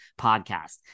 podcast